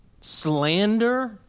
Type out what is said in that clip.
slander